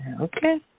Okay